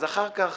אז אחר כך